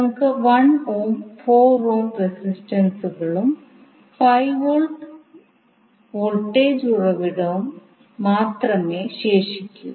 നമുക്ക് 1 ohm 4 ohm റെസിസ്റ്റൻസുകളും 5 volt voltage ഉറവിടവും മാത്രമേ ശേഷിക്കൂ